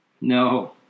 No